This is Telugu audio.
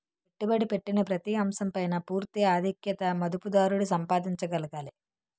పెట్టుబడి పెట్టిన ప్రతి అంశం పైన పూర్తి ఆధిక్యత మదుపుదారుడు సంపాదించగలగాలి